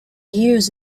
hears